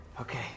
Okay